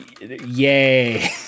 yay